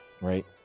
right